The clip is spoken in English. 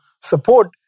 support